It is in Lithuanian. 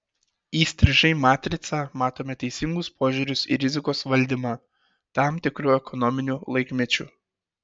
įstrižai matricą matome teisingus požiūrius į rizikos valdymą tam tikru ekonominiu laikmečiu